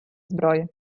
зброї